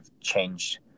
changed